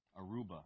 Aruba